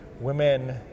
women